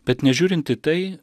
bet nežiūrint į tai